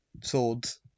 swords